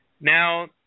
Now –